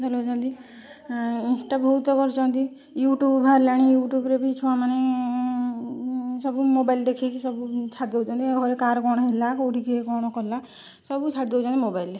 ଚଲଉଛନ୍ତି ଇନଷ୍ଟା ବହୁତ କରୁଛନ୍ତି ୟୁଟ୍ୟୁବ ବାହାରିଲାଣି ୟୁଟ୍ୟୁବ ରେ ବି ଛୁଆ ମାନେ ସବୁ ମୋବାଇଲ ଦେଖିକି ସବୁ ଛାଡ଼ି ଦଉଛନ୍ତି ଘରେ କାର କ'ଣ ହେଲା କେଉଁଠି କିଏ କ'ଣ କଲା ସବୁ ଛାଡ଼ି ଦଉଛନ୍ତି ମୋବାଇଲରେ